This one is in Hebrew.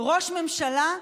ראש ממשלה.